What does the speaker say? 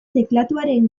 teklatuaren